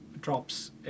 drops